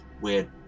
weird